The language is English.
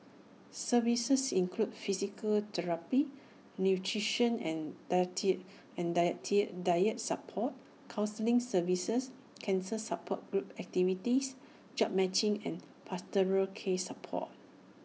services include physical therapy nutrition and deity and dietitian support counselling services cancer support group activities jobs matching and pastoral care support